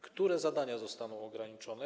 Które zadania zostaną ograniczone?